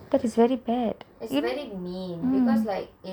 that is very bad m